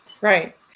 Right